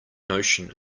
notion